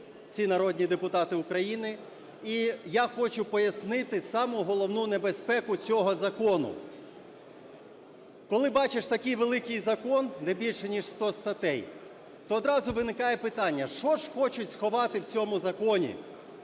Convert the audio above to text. ці народні депутати України і я хочу пояснити саму головну небезпеку цього закону. Коли бачиш такий великий закон, де більше ніж 100 статей, то одразу виникає питання, що ж хочуть сховати в цьому законі?